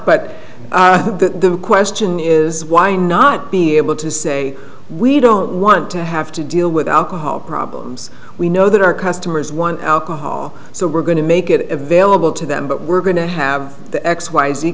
but the question is why not be able to say we don't want to have to deal with alcohol problems we know that our customers want alcohol so we're going to make it available to them but we're going to have the x y z